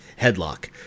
headlock